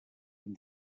amb